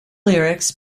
lyrics